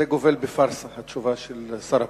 זה גובל בפארסה, התשובה של שר הפנים.